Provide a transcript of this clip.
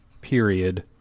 period